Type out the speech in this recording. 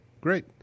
great